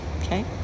Okay